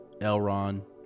Elrond